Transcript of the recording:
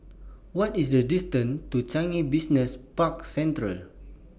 What IS The distance to Changi Business Park Central